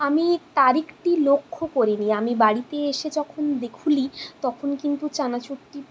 আমি তারিখটি লক্ষ্য করিনি আমি বাড়িতে এসে যখন খুলি তখন কিন্তু চানাচুরটি